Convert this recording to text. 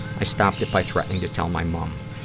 i stopped it by threatening to tell my mom,